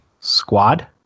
Squad